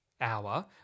hour